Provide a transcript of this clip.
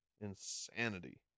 insanity